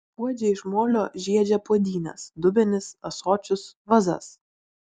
puodžiai iš molio žiedžia puodynes dubenis ąsočius vazas